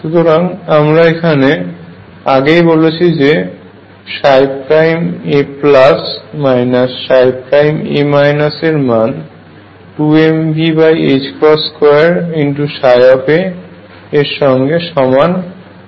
সুতরাং আমরা এখানে আগেই বলেছি যে a ψ এর মান 2mV2ψ এর সঙ্গে সমান হবে